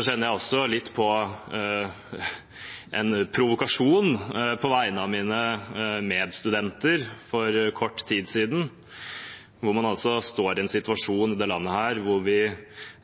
kjenner jeg også litt på en følelse av provokasjon på vegne av dem som for kort tid siden var mine medstudenter. I dette landet står man i en situasjon der man